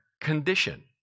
condition